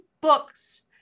books